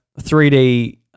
3D